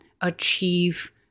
achieve